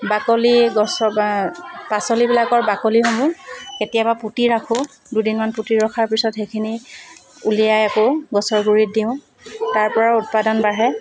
বাকলি গছৰ পাচলিবিলাকৰ বাকলিসমূহ কেতিয়াবা পুতি ৰাখোঁ দুদিনমান পুতি ৰখাৰ পিছত সেইখিনি ওলিয়াই আকৌ গছৰ গুড়িত দিওঁ তাৰপৰাও উৎপাদন বাঢ়ে